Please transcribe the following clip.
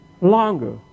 longer